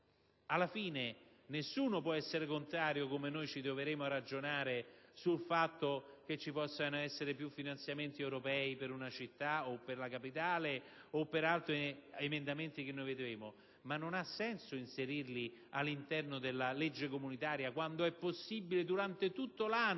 Alla fine nessuno può essere contrario alle ipotesi delle quali ci troveremo a ragionare, per le quali ci possano essere più finanziamenti europei per una città, per la capitale, o altri emendamenti che vedremo; ma non ha senso inserirli all'interno della legge comunitaria quando è possibile durante tutto l'anno